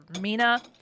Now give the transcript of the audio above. Mina